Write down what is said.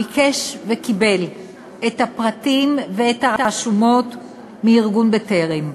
ביקש וקיבל את הפרטים ואת הרשומות מארגון "טרם".